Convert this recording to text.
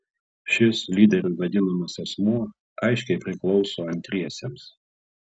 šis lyderiu vadinamas asmuo aiškiai priklauso antriesiems